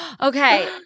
Okay